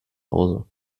hause